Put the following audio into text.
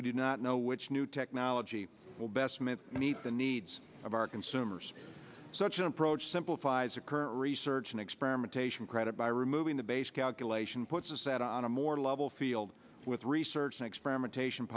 we do not know which new technology will best mitt meet the needs of our consumers such an approach simplifies the current research and experimentation credit by removing the base calculation puts us at on a more level field with research and experimentation